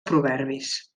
proverbis